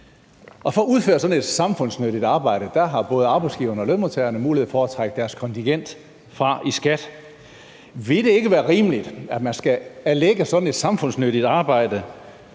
for at udføre sådan et samfundsnyttigt arbejde har både arbejdsgiverne og lønmodtagerne mulighed for at trække deres kontingent fra i skat. Ville det ikke være rimeligt at erlægge sådan et samfundsnyttigt arbejde